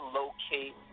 locate